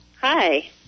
Hi